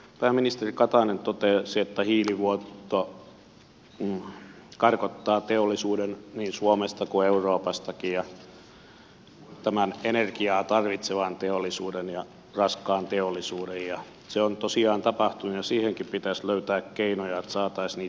pääministeri katainen totesi että hiilivuoto karkottaa teollisuuden niin suomesta kuin euroopastakin tämän energiaa tarvitsevan teollisuuden ja raskaan teollisuuden ja se on tosiaan tapahtunut ja siihenkin pitäisi löytää keinoja että saataisiin niitä työpaikkoja